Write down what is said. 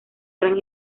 gran